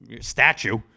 statue